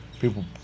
people